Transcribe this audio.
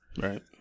Right